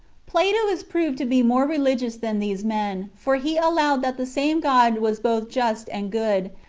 plato is proved to be more religious than these men, for he allowed that the same god was both just and good,